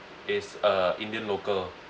is a indian local